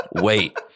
wait